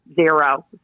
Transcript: zero